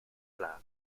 pla